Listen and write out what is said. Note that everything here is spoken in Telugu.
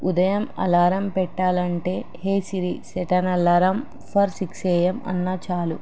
ఉదయం అలారం పెట్టాలంటే hey Siri set an alarm for six AM అన్నా చాలు